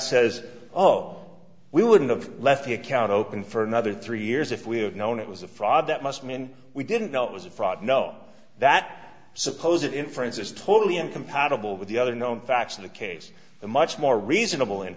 says oh we wouldn't have left the account open for another three years if we had known it was a fraud that must mean we didn't know it was a fraud know that suppose that inference is totally incompatible with the other known facts of the case the much more reasonable in